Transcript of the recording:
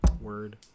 Word